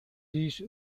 these